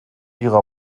ihrer